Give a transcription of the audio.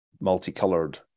multicolored